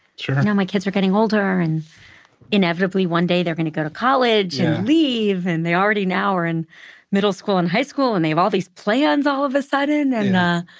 sure. now my kids are getting older, and inevitably, one day, they're gonna go to college and leave. and they already now are in middle school and high school. and they have all these plans all of a sudden. and